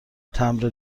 تمبر